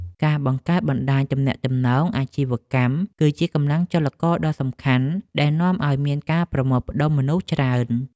ការបង្កើតបណ្តាញទំនាក់ទំនងអាជីវកម្ម គឺជាកម្លាំងចលករដ៏សំខាន់ដែលនាំឱ្យមានការប្រមូលផ្ដុំមនុស្សច្រើន។